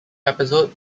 episode